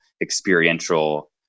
experiential